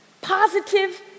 positive